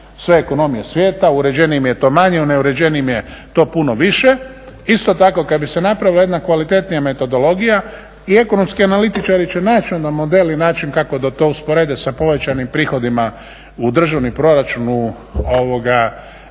sve ekonomije svijeta. U uređenijim je to manje, u neuređenijim je to puno više. Isto tako kad bi se napravila jedna kvalitetnija metodologija i ekonomski analitičari će naći onda model i način kako da to usporede sa povećanim prihodima u državni proračun u vrijeme